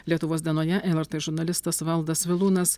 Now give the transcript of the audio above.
lietuvos dienoje lrt žurnalistas valdas vilūnas